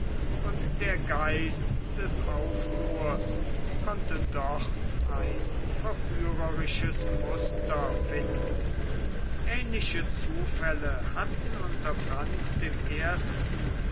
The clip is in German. und der geist des aufruhrs konnte dort ein verführerisches muster finden aehnliche zufälle bauten unter franz dem ersten